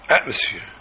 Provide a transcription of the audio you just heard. atmosphere